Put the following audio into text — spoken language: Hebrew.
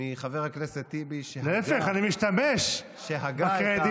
מחבר הכנסת טיבי, שהגה את המונח ממ"ז.